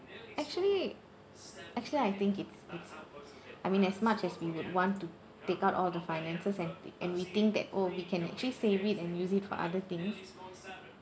actually actually I think it's it's I mean as much as we would want to take out all the finances and and we think that oh we can actually save it and use it for other things